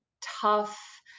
tough